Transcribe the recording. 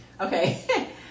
Okay